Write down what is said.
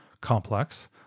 complex